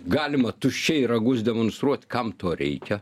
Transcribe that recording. galima tuščiai ragus demonstruot kam to reikia